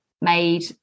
made